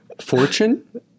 fortune